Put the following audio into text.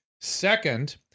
Second